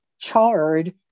charred